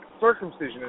circumcision